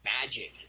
magic